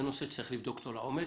זה נושא שצריך לבדוק אותו לעומק.